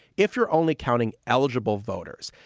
if you're only counting eligible voters,